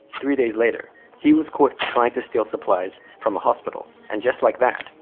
three days later he was caught trying to steal supplies from a hospital. and just like that,